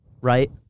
Right